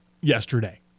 yesterday